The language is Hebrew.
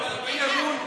שנייה,